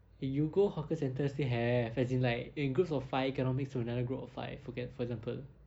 if you go hawker centres they have as in like in groups of five cannot mix with another group of five okay for example